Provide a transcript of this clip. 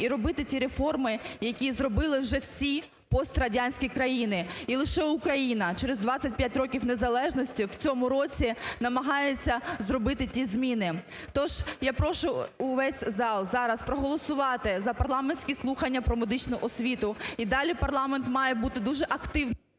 і робити ті реформи, які зробили вже всі пострадянські країни. І лише Україна через 25 років незалежності в цьому році намагається зробити ті зміни. Тож я прошу увесь зал зараз проголосувати за парламентські слухання про медичну освіту, і далі парламент має бути дуже активним…